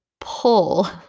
pull